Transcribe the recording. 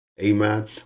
Amen